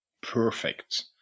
Perfect